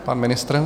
Pan ministr?